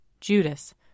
Judas